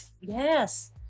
Yes